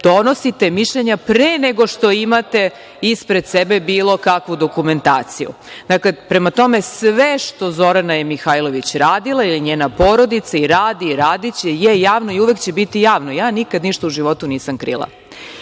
donosite mišljenja pre nego što imate ispred sebe bilo kakvu dokumentaciju. Prema tome, sve što je Zorana Mihajlović radila ili njena porodica, radi i radiće je javno i uvek će biti javno. Ja nikada ništa u životu nisam krila. Što